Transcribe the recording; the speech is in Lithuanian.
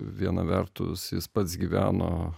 viena vertus jis pats gyveno